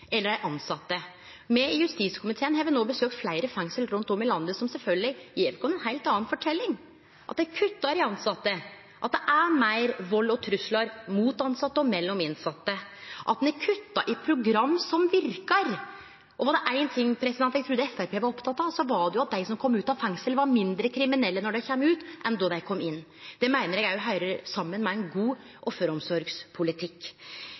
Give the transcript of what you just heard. eller dei tilsette. Me i justiskomiteen har no besøkt fleire fengsel rundt omkring i landet som sjølvsagt gjev oss ei heilt anna forteljing: Dei kuttar i talet på tilsette, det er meir vald og trugslar mot tilsette og mellom dei innsette, og ein kuttar i program som verkar. Var det ein ting eg trudde Framstegspartiet var oppteke av, var det at dei som kjem ut av fengsel, er mindre kriminelle når dei kjem ut enn då dei kom inn. Det meiner eg òg høyrer saman med ein god